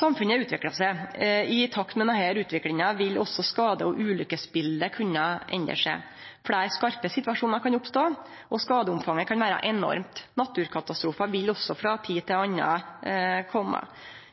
Samfunnet utviklar seg. I takt med denne utviklinga vil også skade- og ulukkesbildet kunne endre seg. Fleire skarpe situasjonar kan oppstå, og skadeomfanget kan vere enormt. Naturkatastrofar vil også komme frå tid til anna.